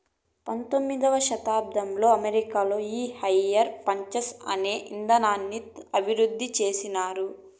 పంతొమ్మిదవ శతాబ్దంలో అమెరికాలో ఈ హైర్ పర్చేస్ అనే ఇదానాన్ని అభివృద్ధి చేసినారు